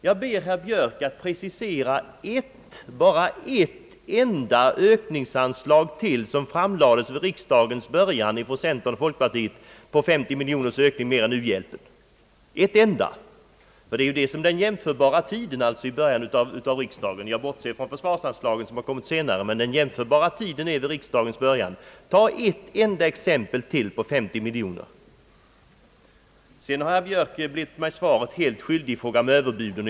Jag ber herr Björk att precisera ett, bara ett enda, ökningsanslag till som framlades vid riksdagens början från centern och folkpartiet på 50 miljoners ökning. Ett enda! Ty det är ju det som är den jämförbara tiden, alltså från början av riksdagen. Jag bortser då från försvarsanslaget som har kommit senare. Ta ett enda exempel till på 50 miljoner! Herr Björk har också blivit mig svaret helt skyldig i fråga om överbuden.